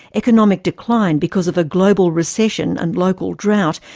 economic decline because of a global recession and local drought,